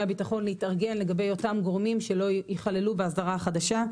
הביטחון להתארגן לגבי אותם גורמים שלא יכללו באסדרה החדשה.